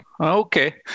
Okay